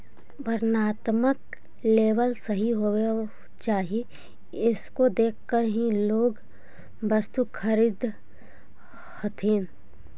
वर्णात्मक लेबल सही होवे चाहि इसको देखकर ही लोग वस्तु खरीदअ हथीन